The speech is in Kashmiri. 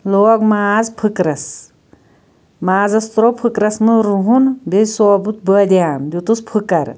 لوگ ماز پھکرَس مازَس ترٛوو پھُکرَس مَنٛز رُہُن بیٚیہِ ثوبوٗد بٲدیان دیُتُس پھُکَر